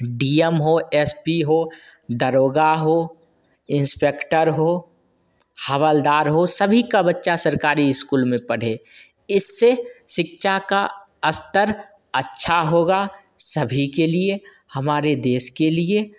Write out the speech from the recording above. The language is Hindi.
डी एम हो एस पी हो दरोगा हो इंस्पेक्टर हो हवलदार हो सभी का बच्चा सरकारी स्कूल में पढ़े इससे शिक्षा का स्तर अच्छा होगा सभी के लिए हमारे देश के लिए